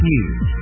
News